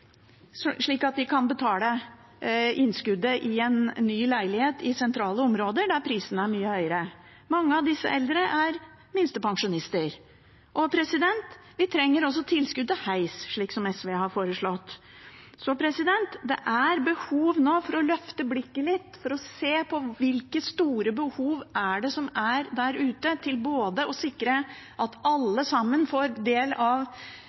slik at de kan betale innskuddet i en ny leilighet i sentrale områder, der prisene er mye høyere. Mange av disse eldre er minstepensjonister. Vi trenger også tilskudd til heis, som SV har foreslått. Det er nå behov for å løfte blikket litt og se på hvilke store behov som er der ute, for både å sikre at alle får ta del